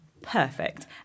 Perfect